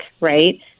right